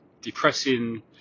depressing